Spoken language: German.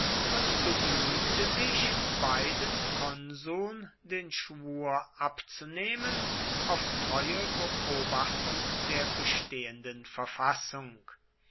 und begnügte sich beiden konsuln den schwur abzunehmen auf treue beobachtung der bestehenden verfassung